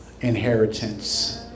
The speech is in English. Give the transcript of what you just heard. inheritance